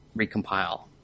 recompile